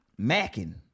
macking